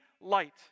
light